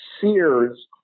Sears